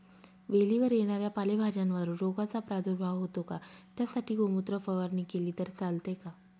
वेलीवर येणाऱ्या पालेभाज्यांवर रोगाचा प्रादुर्भाव होतो का? त्यासाठी गोमूत्र फवारणी केली तर चालते का?